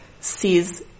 sees